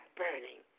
burning